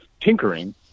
tinkering